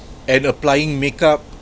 and applying make up